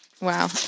Wow